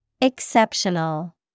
Exceptional